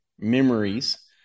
memories